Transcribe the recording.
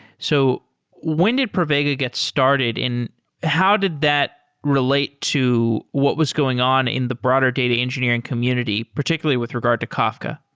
so when did pravega get started and how did that relate to what was going on in the broader data engineering community particularly with regard to kafka?